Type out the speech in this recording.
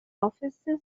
offices